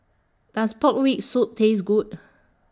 Does Pork Rib Soup Taste Good